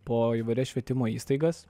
po įvairias švietimo įstaigas